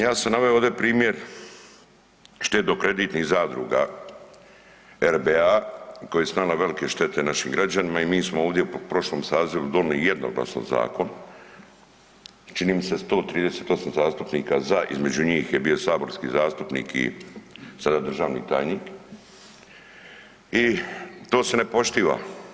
Ja sam naveo ovdje primjer štedno kreditnih zadruga RBA koji su nanijeli velike štete našim građanima i mi smo ovdje u prošlom sazivu donijeli jednoglasno zakon i čini mi se 138 zastupnika za između njih je bio saborski zastupnik i sada državni tajnik i to se ne poštiva.